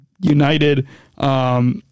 United